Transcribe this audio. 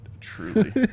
truly